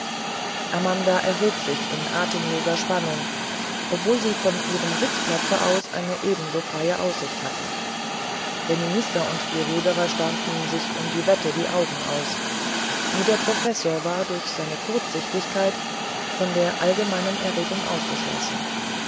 amanda erhob sich in atemloser spannung obwohl sie von ihrem sitzplatze aus eine ebenso freie aussicht hatte der minister und die ruderer starrten sich um die wette die augen aus nur der professor war durch seine kurzsichtigkeit von der allgemeinen erregung ausgeschlossen